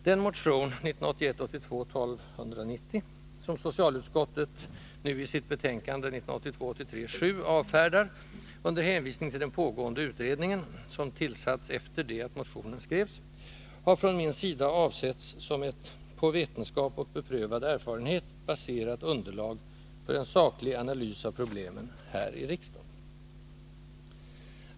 Den motion, 1981 83:7 avfärdar under hänvisning till den pågående utredningen — som tillsatts efter det att motionen skrevs — avsågs från min sida att tjäna som ett ”på vetenskap och beprövad erfarenhet” baserat underlag för en saklig analys av problemen här i riksdagen.